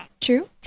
True